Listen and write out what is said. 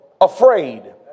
afraid